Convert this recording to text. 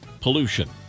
pollution